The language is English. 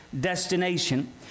destination